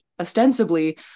ostensibly